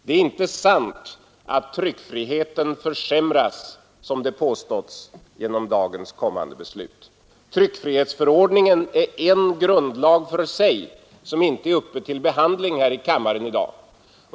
Det är inte sant att tryckfriheten försämras, som det har påståtts, genom dagens kommande beslut. Tryckfrihetsförordningen är en grundlag för sig, som i sak inte är uppe till behandling här i kammaren i dag.